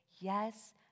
yes